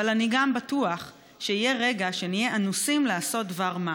אבל אני גם בטוח שיהיה רגע שנהיה אנוסים לעשות דבר מה,